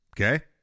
Okay